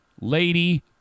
lady